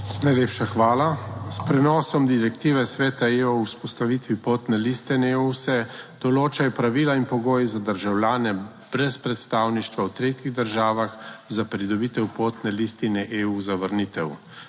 Najlepša hvala. S prenosom direktive Sveta EU o vzpostavitvi potne listine EU se določajo pravila in pogoji za državljane brez predstavništva v tretjih državah za pridobitev potne listine EU za vrnitev.